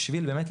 בשביל באמת,